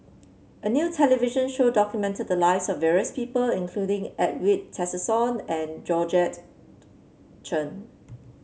a new television show documented the lives of various people including Edwin Tessensohn and Georgette Chen